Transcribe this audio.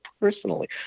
personally